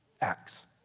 acts